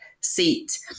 seat